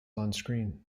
onscreen